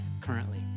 currently